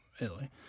Italy